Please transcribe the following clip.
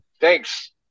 Thanks